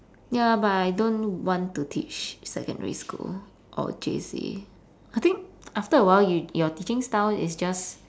ya but I don't want to teach secondary school or J_C I think after awhile you~ your teaching style is just